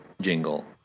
jingle